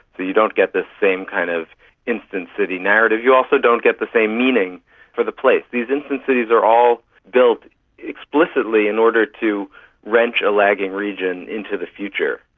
you don't get the same kind of instant city narrative. you also don't get the same meaning for the place. these instant cities are all built explicitly in order to wrench a lagging region into the future.